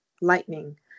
lightning